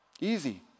Easy